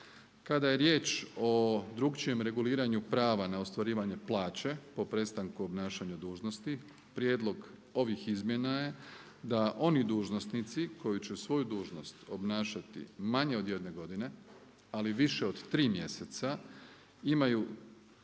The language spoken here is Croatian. Kada je riječ o drukčijem reguliranju prava na ostvarivanje plaće po prestanku obnašanja dužnosti prijedlog ovih izmjena je da oni dužnosnici koji će svoju dužnost obnašati manje od jedne godine, ali više od tri mjeseca imaju